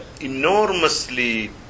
enormously